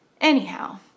anyhow